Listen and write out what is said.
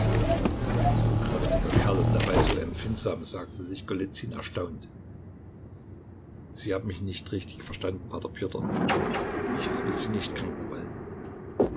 ein so kräftiger kerl und dabei so empfindsam sagte sich golizyn erstaunt sie haben mich nicht richtig verstanden p pjotr ich habe sie nicht kränken wollen